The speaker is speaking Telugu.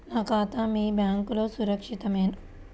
నా ఖాతా మీ బ్యాంక్లో సురక్షితమేనా?